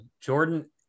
Jordan